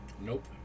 Nope